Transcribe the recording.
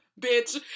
bitch